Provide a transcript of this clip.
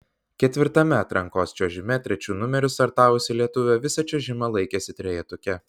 ketvirtame atrankos čiuožime trečiu numeriu startavusi lietuvė visą čiuožimą laikėsi trejetuke